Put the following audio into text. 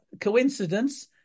coincidence